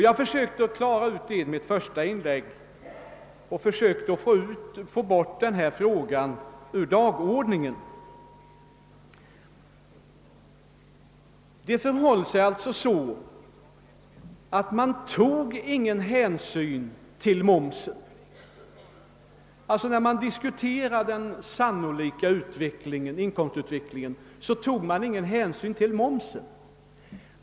Jag försökte i mitt första inlägg klarlägga den frågan för att få bort den från dagordningen. När man diskuterade den sannolika inkomstutvecklingen tog man alltså ingen hänsyn till momsen.